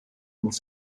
und